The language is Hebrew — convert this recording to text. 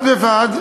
בד בבד,